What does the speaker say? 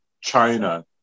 China